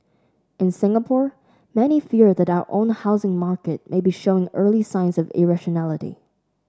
in Singapore many fear that our own housing market may be showing early signs of irrationality